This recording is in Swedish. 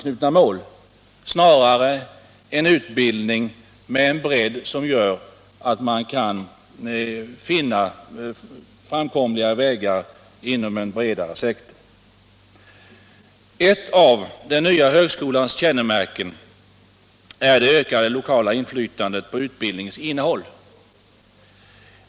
Det bör snarare bli fråga om en utbildning med en bredd som gör att man kan finna framkomliga vägar inom en större sektor. Ett av den nya högskolans kännemärken är det ökade lokala inflytandet på utbildningens innehåll.